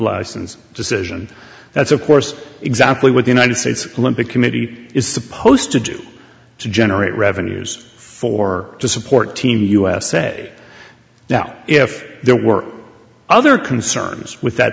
license decision that's of course exactly what the united states olympic committee is supposed to do to generate revenues for to support team usa now if there were other concerns with